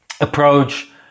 approach